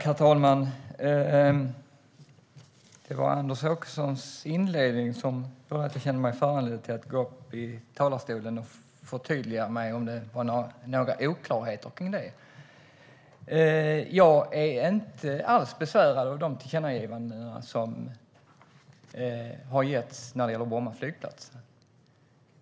Herr talman! Det var Anders Åkessons inledning som gjorde att jag kände mig föranledd att gå upp i talarstolen och förtydliga vad jag menar, om det var några oklarheter kring det. Jag är inte alls besvärad av de tillkännagivanden som har gjorts när det gäller Bromma flygplats.